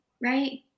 Right